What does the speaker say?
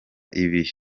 ibi